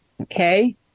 Okay